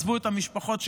עזבו את המשפחות שלהם,